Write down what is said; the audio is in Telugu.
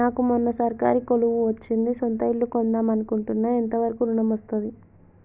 నాకు మొన్న సర్కారీ కొలువు వచ్చింది సొంత ఇల్లు కొన్దాం అనుకుంటున్నా ఎంత వరకు ఋణం వస్తది?